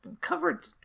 covered